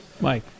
Mike